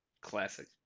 classic